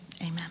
amen